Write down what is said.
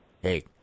Hey